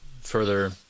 further